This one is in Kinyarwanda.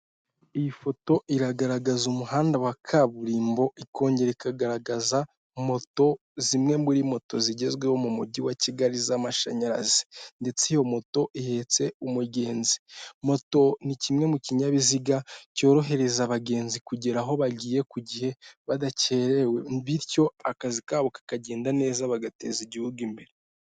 Iyi foto iragaragaza umuhanda wa kaburimbo, ikongera ikagaragaza moto zimwe muri moto zigezweho mu mujyi wa Kigali z'amashanyarazi ndetse iyo moto ihetse umugenzi, moto ni kimwe mu kinyabiziga cyorohereza abagenzi kugera aho bagiye ku gihe badakerewe, bityo akazi kabo kakagenda neza bagateza igihugu imbere.